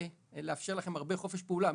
לאפשר לכם הרבה חופש פעולה,